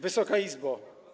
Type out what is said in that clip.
Wysoka Izbo!